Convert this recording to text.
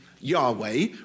Yahweh